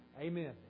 Amen